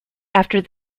after